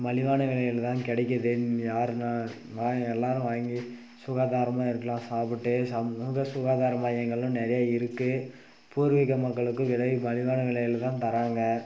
மலிவான விலையில் தான் கிடைக்கிது எல்லாரும் வாங்கி சுகாதாரமாக இருக்கலாம் சாப்பிட்டு சம் ரொம்ப சுகாதார மையங்களும் நிறைய இருக்குது பூர்வீக மக்களுக்கு விலை மலிவான விலையில் தான் தாராங்க